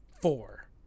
Four